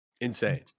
insane